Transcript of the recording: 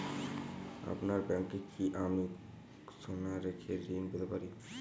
আপনার ব্যাংকে কি আমি সোনা রেখে ঋণ পেতে পারি?